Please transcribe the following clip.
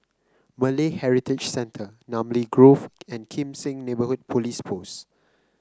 Malay Heritage Center Namly Grove and Kim Seng Neighbourhood Police Post